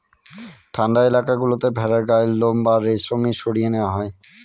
ঠান্ডা এলাকা গুলোতে ভেড়ার গায়ের লোম বা রেশম সরিয়ে নেওয়া হয়